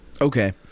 okay